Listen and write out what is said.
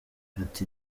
ati